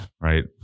right